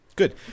Good